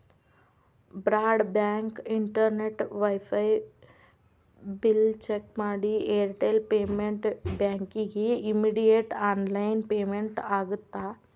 broad band internet wifi bill check ಮಾಡಿ Airtel payment ಬ್ಯಾಂಕಿಗಿ immediate online payment ಆಗತ್ತಾ